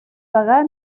pagar